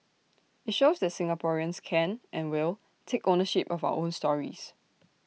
IT shows that Singaporeans can and will take ownership of our own stories